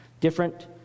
Different